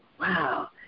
wow